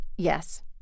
Yes